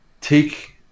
take